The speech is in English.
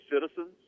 citizens